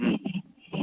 ह्म्म